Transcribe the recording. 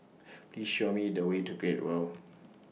Please Show Me The Way to Great World